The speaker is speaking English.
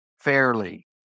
fairly